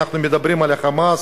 אנחנו מדברים על ה"חמאס",